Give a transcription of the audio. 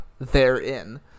therein